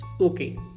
okay